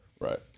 Right